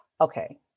Okay